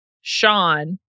Sean